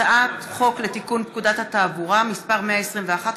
הצעת החוק עברה בקריאה ראשונה.